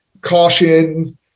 caution